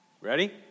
ready